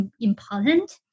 important